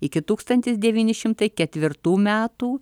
iki tūkstantis devyni šimtai ketvirtų metų